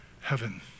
Heaven